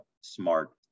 smart